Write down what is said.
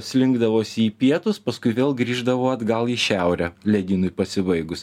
slinkdavosi į pietus paskui vėl grįždavo atgal į šiaurę ledynui pasibaigus